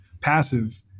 passive